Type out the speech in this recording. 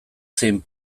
zein